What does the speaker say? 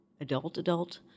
adult-adult